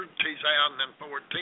2014